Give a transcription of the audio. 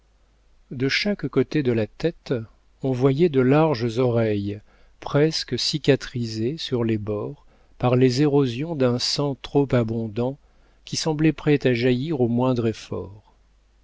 de chaque côté de la tête on voyait de larges oreilles presque cicatrisées sur les bords par les érosions d'un sang trop abondant qui semblait près de jaillir au moindre effort